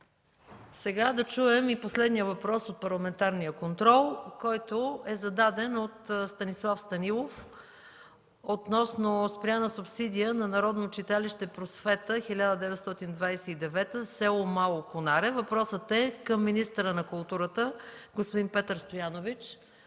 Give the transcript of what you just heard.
сега да чуем и последния въпрос от парламентарния контрол, зададен от Станислав Станилов, относно спряна субсидия на Народно читалище „Просвета 1929” – село Мало Конаре. Въпросът е към министъра на културата господин Петър Стоянович.